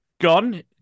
gone